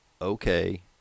okay